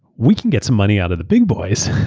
we can get some money out of the big boys.